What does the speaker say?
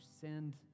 send